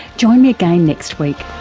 join me again next week